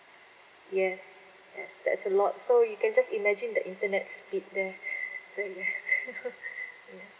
yes that's that's a lot so you can just imagine the internet speed there so ya